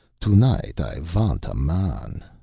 tonight i vant a man.